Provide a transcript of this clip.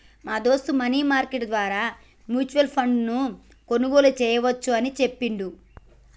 మా దోస్త్ money market ద్వారా మ్యూచువల్ ఫండ్ ను కొనుగోలు చేయవచ్చు అని చెప్పిండు